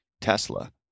tesla